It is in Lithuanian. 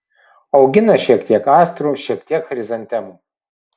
augina šiek tiek astrų šiek tiek chrizantemų